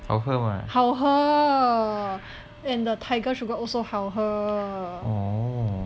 好喝 and the Tiger Sugar also 好喝